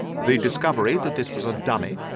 the discovery that this was a dummy,